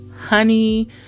honey